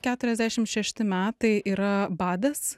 keturiasdešim šešti metai yra badas